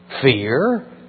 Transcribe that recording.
Fear